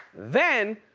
then,